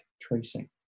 tracing